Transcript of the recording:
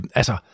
altså